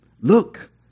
Look